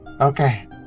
okay